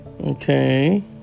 Okay